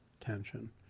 tension